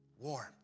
Warm